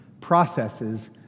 processes